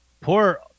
poor